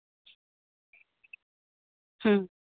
ᱦᱩᱸ